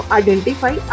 identify